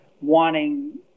wanting